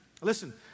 Listen